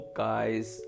guys